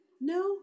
no